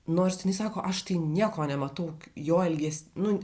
nors jinai sako aš tai nieko nematau jo elges nu